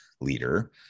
leader